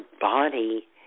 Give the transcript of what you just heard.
body